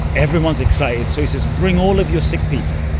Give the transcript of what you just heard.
everyone's excited, so he says, bring all of your sick people.